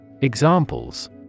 Examples